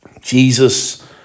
Jesus